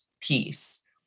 piece